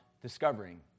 discovering